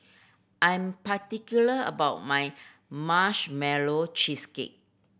I am particular about my Marshmallow Cheesecake